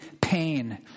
pain